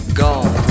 gone